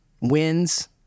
wins